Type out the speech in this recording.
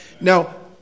Now